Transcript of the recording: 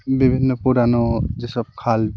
বিভিন্ন পুরনো যে সব খাল